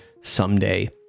someday